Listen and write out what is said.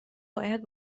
باید